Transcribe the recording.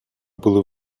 були